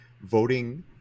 voting